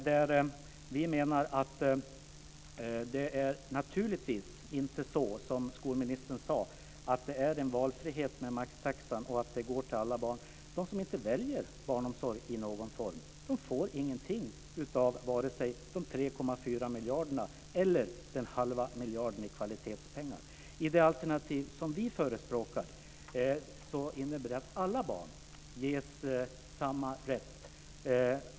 Det är naturligtvis inte så som skolministern sade, dvs. att det finns en valfrihet med maxtaxan och att den gäller alla barn. De som inte väljer barnomsorg får ingenting av vare sig de 3,4 miljarderna eller den halva miljarden i kvalitetspengar. Det alternativ som vi förespråkar innebär att alla barn ges samma rätt.